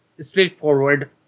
straightforward